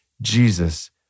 Jesus